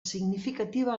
significativa